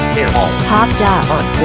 hopped up on